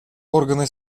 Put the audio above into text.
органы